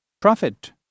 profit